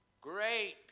Great